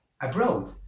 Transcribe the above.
abroad